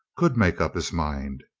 could make up his mind.